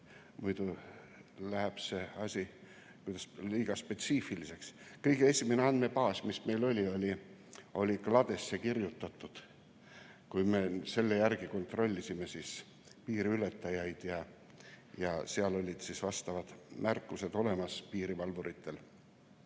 muidu läheb see asi liiga spetsiifiliseks. Kõige esimene andmebaas, mis meil oli, oli kladesse kirjutatud. Me selle järgi kontrollisime piiriületajaid ja seal olid vastavad märkused piirivalvuritel